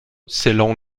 selon